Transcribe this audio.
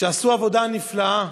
שעשו עבודה נפלאה,